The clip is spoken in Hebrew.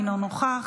אינו נוכח,